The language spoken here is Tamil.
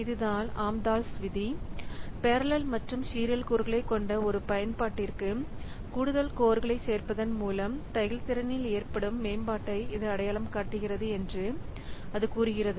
இதுதான் ஆம்தால்ஸ் விதி Amdahl's law பெரலல் மற்றும் சீரியல் கூறுகளைக் கொண்ட ஒரு பயன்பாட்டிற்கு கூடுதல் கோர்களைச் சேர்ப்பதன் மூலம் செயல்திறனில் ஏற்படும் மேம்பாட்டை இது அடையாளம் காட்டுகிறது என்று அது கூறுகிறது